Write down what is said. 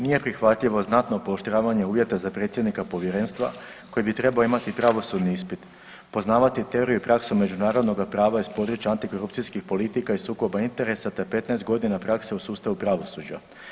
Nije prihvatljivo znatno pooštravanje uvjeta za predsjednika povjerenstva koji bi trebao imati pravosudni ispit, poznavati teoriju i praksu međunarodnoga prava iz područja antikorupcijskih politika i sukoba interesa te 15 godina praske u sustavu pravosuđa.